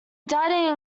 died